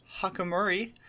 Hakamuri